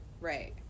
right